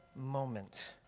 moment